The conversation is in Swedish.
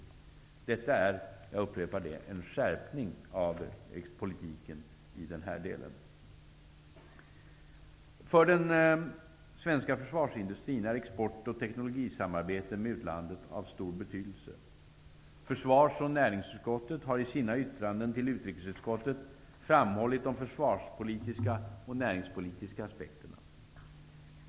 Det är en skärpning, det vill jag upprepa, av politiken i denna del. För den svenska försvarsindustrin är export och tekonologisamarbete med utlandet av stor betydelse. Försvars och näringsutskotten har i sina yttranden till utrikesutskottet framhållit de försvarspolitiska och näringspolitiska aspekterna.